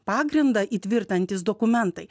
pagrindą įtvirtinantys dokumentai